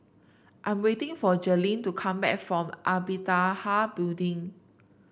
I'm waiting for Jaelyn to come back from Amitabha Building